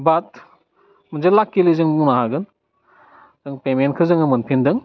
बात मोनसे लाकिलि जों बुंनो हागोन जों पेमेन्टखौ जों मोनफिनदों